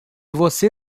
você